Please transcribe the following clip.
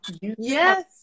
Yes